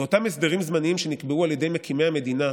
אותם הסדרים זמניים שנקבעו על ידי מקימי המדינה,